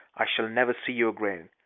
i shall never see you again.